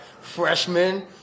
freshman